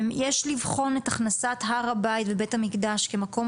יש לבחון את הכנסת הר הבית ובית המקדש כמקום